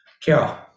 Carol